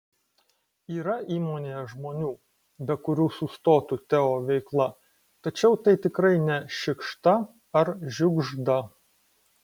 yra įmonėje žmonių be kurių sustotų teo veikla tačiau tai tikrai ne šikšta ar žiugžda